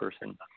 person